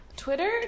Twitter